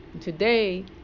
Today